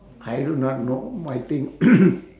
I do not know my thing